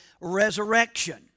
resurrection